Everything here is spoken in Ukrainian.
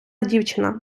дівчина